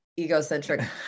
egocentric